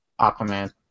Aquaman